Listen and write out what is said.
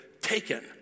Taken